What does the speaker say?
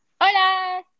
hola